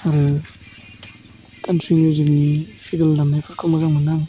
आरो कान्ट्रि मिउजिकनि पिरेल दामनायफोरखौ मोजां मोनो आं